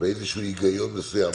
בהיגיון מסוים,